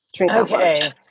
Okay